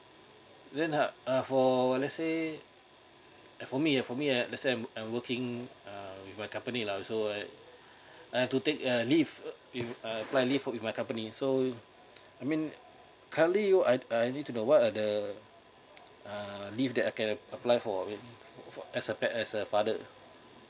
then uh uh for let's say uh for me uh for me let's say I'm working in uh my company lah so uh I have to take a leave uh if uh if I apply leave for with my company so you I mean currently I I need to know what are the uh leave that I can apply for with as a pat~ as a father